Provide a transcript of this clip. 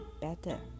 better